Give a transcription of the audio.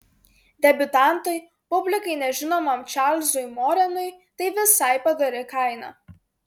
debiutantui publikai nežinomam čarlzui morenui tai visai padori kaina